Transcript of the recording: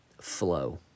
flow